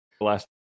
last